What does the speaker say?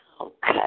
Okay